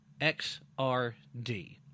XRD